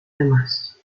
demás